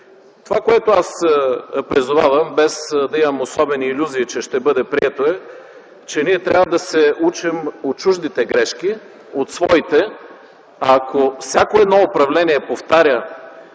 Това, което аз призовавам, без да имам особени илюзии, че ще бъде прието, е, че ние трябва да се учим от чуждите и от своите грешки. А ако всяко едно управление повтаря